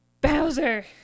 bowser